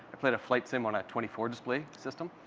i played a flight sim on a twenty four display system.